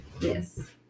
Yes